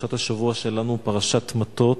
פרשת השבוע שלנו היא פרשת מטות,